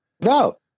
No